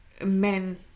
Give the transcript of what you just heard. men